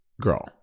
Girl